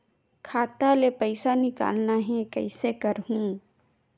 खाता ले पईसा निकालना हे, कइसे करहूं?